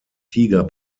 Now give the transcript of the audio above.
tiger